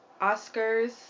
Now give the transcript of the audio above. Oscars